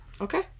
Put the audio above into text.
Okay